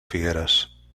figueres